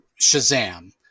Shazam